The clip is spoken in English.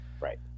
Right